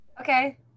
Okay